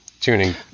tuning